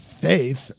faith